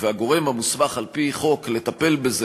והגורם המוסמך על-פי חוק לטפל בזה,